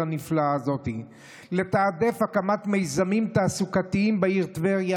הנפלאה הזאת לתעדף הקמת מיזמים תעסוקתיים בעיר טבריה,